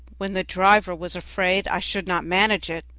when the driver was afraid i should not manage it,